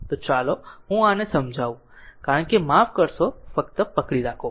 તો ચાલો હું આને સમજાવું કારણ કે માફ કરશો ફક્ત પકડી રાખો